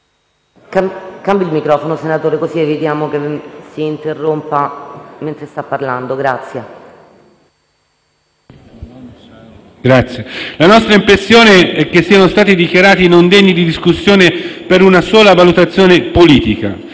La nostra impressione è che siano stati dichiarati non degni di discussione per una valutazione solo politica.